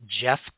Jeff